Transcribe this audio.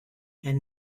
and